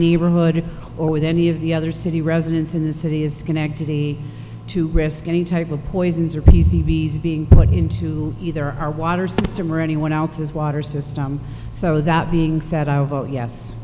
neighborhood or with any of the other city residents in the city is connected to risk any type of poisons or p c vs being plugged into either our water system or anyone else's water system so that being said i'll vote yes